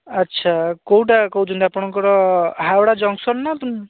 ଆଛା କେଉଁଟା କହୁଛନ୍ତି ଆପଣଙ୍କର ହାୱଡ଼ା ଜଙ୍କସନ୍ ନା